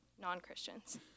non-Christians